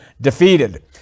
defeated